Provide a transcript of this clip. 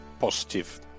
positive